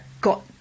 got